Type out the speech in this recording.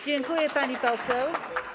Dziękuję, pani poseł.